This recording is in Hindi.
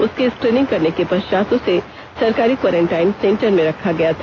उसकी स्क्रीनिंग करने के पश्चात उसे सरकारी क्वारेंटाइन सेंटर में रखा गया था